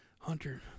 hunter